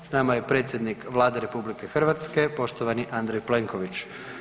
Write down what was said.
S nama je predsjednik Vlade RH, poštovani Andrej Plenković.